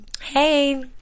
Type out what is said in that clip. hey